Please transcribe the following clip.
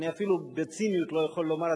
אפילו בציניות אני לא יכול לומר,